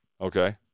Okay